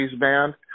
band